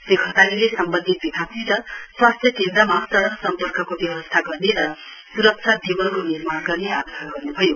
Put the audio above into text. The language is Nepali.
श्री घतानीले सम्बन्धित विभागसित स्वास्थ्य केन्द्रमा सडक सम्पर्कको व्यवस्था गर्ने र स्रक्षा देवलको निर्माण गर्ने आग्रह गर्न्भयो